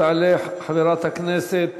תעלה חברת הכנסת